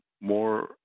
more